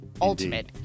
ultimate